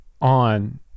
on